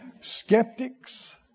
Skeptics